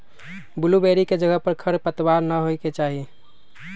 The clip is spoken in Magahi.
बुल्लुबेरी के जगह पर खरपतवार न होए के चाहि